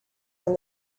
when